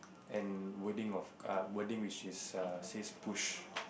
and wording of err wording which is err says push